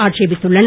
ஆட்சேபித்துள்ளன